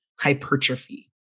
hypertrophy